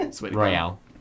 Royal